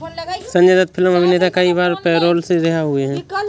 Sanjay Dutt film अभिनेता कई बार पैरोल से रिहा हुए हैं